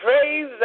praise